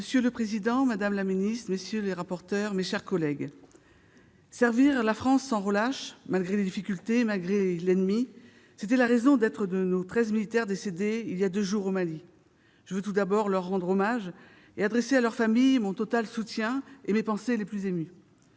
Monsieur le président, madame la secrétaire d'État, mes chers collègues, servir la France sans relâche, malgré les difficultés, malgré l'ennemi, c'était la raison d'être de nos treize militaires décédés voilà deux jours au Mali. Je veux tout d'abord leur rendre hommage et adresser à leurs familles mon total soutien et mes pensées les plus émues.